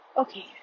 Okay